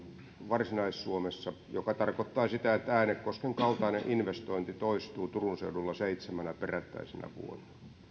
varsinais suomessa mikä tarkoittaa sitä että äänekosken kaltainen investointi toistuu turun seudulla seitsemänä perättäisenä vuonna